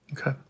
okay